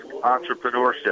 entrepreneurship